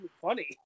funny